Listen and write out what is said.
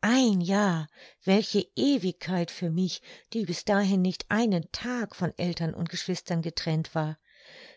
ein jahr welche ewigkeit für mich die bis dahin nicht einen tag von eltern und geschwistern getrennt war